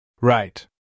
Right